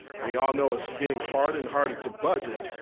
we all know it's getting harder and harder to budget,